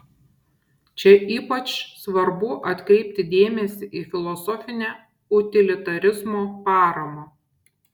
čia ypač svarbu atkreipti dėmesį į filosofinę utilitarizmo paramą